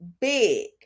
big